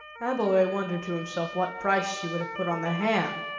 abbleway wondered to himself what price she would have put on the ham,